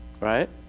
Right